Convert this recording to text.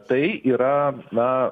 tai yra na